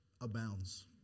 abounds